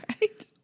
Right